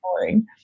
boring